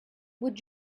would